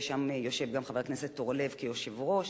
ששם יושב חבר הכנסת אורלב כיושב-ראש,